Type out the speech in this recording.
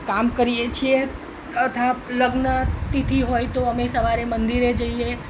કામ કરીએ છીએ તથા લગ્નતિથિ હોય તો અમે સવારે મંદિરે જઈએ